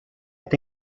est